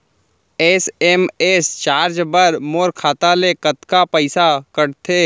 SMS charge बर मोर खाता ले कतका पइसा कटथे?